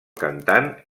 cantant